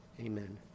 Amen